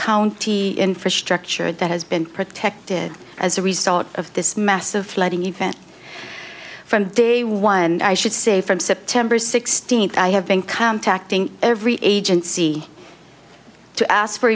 county infrastructure that has been protected as a result of this massive flooding event from day one and i should say from september sixteenth i have been contacting every agency to ask for